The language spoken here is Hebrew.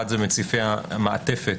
אחד זה מציפי המעטפת,